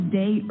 day